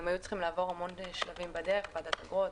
הן היו צריכות לעבור המון שלבים בדרך: ועדת אגרות,